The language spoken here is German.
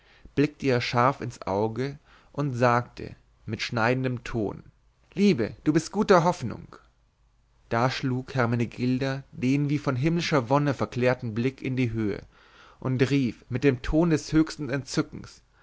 blickte ihr scharf ins auge und sagte mit schneidendem ton liebe du bist guter hoffnung da schlug hermenegilda den wie von himmlischer wonne verklärten blick in die höhe und rief mit dem ton des höchsten entzückens